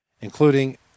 including